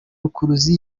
rukuruzi